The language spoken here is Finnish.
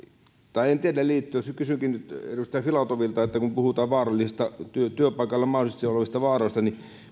tai en tiedä liittyykö ja kysynkin nyt edustaja filatovilta kun puhutaan työpaikalla mahdollisesti olevista vaaroista